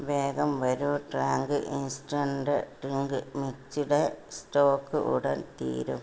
വേഗം വരൂ Tang instant drink mixed stock ഉടൻ തീരും